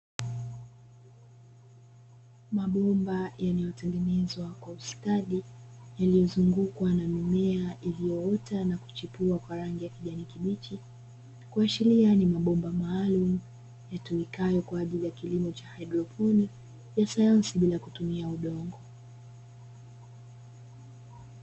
Mabomba yaliyotengenezwa kwa ustadi yaliyozungukwa na mimea iliyoota na kuchipua kwa rangi ya kijani kibichi kuashiria ni mabomba maalumu yatumikayo kwa ajili ya kilimo cha haidroponi ya sayansi bila ya kutumia udongo.